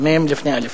מ"ם לפני אל"ף.